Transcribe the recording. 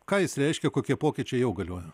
ką jis reiškia kokie pokyčiai jau galioja